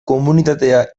komunitatea